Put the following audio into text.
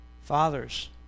Fathers